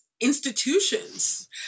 institutions